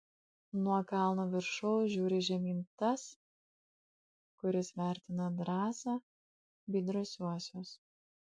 nuo kalno viršaus žiūri žemyn tas kuris vertina drąsą bei drąsiuosius